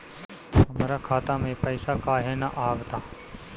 हमरा खाता में पइसा काहे ना आव ता?